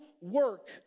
work